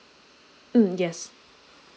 mm yes